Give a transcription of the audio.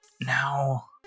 now